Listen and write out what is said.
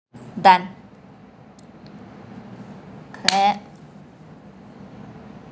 done clap